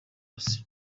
wose